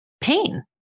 pain